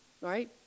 right